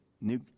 new